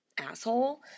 asshole